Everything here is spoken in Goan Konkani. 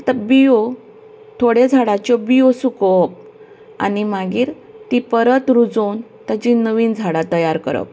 आतां बियो थोडे झाडाचे बियो सुकोवप आनी मागीर ती परत रुजोवन ताची नवीन झाडां तयार करप